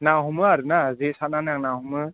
ना हमो आरोना जे सारनानै आं ना हमो